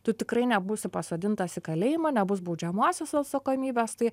tu tikrai nebūsi pasodintas į kalėjimą nebus baudžiamosios atsakomybės tai